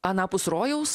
anapus rojaus